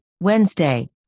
Wednesday